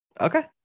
okay